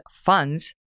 funds